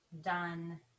done